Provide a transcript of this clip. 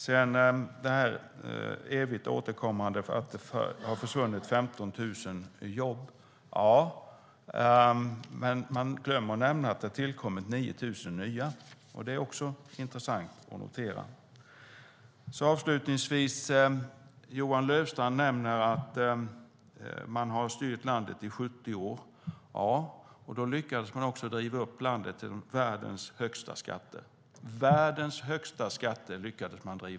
Den evigt återkommande frågan är att det har försvunnit 15 000 jobb. Men man glömmer att nämna att det har tillkommit 9 000 nya jobb. Det är också intressant att notera. Avslutningsvis vill jag säga att Johan Löfstrand nämner att man har styrt landet i 70 år. Ja, och då lyckades man också driva upp det till världens högsta skatter.